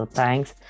thanks